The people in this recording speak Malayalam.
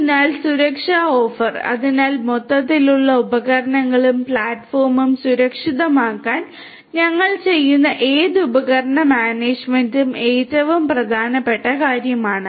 അതിനാൽ സുരക്ഷാ ഓഫർ അതിനാൽ മൊത്തത്തിലുള്ള ഉപകരണങ്ങളും പ്ലാറ്റ്ഫോമും സുരക്ഷിതമാക്കാൻ ഞങ്ങൾ ചെയ്യുന്ന ഏത് ഉപകരണ മാനേജുമെന്റും ഏറ്റവും പ്രധാനപ്പെട്ട കാര്യമാണ്